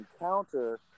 encounter